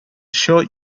sure